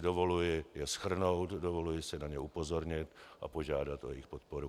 Dovoluji si je shrnout, dovoluji si na ně upozornit a požádat o jejich podporu.